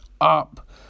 up